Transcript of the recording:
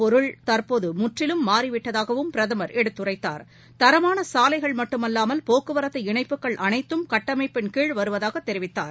பொருள் தற்போதுமுற்றிலும் மாறிவிட்டதாகவும் கட்டமைப்பு என்பதன் பிரதமர் எடுத்துரைத்தார் தரமானசாலைகள் மட்டும்மல்லாமல் போக்குவரத்துஇணைப்புகள் அனைத்தும்கட்டமைப்பின் கீழ் வருவதாகத் தெரிவித்தார்